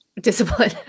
discipline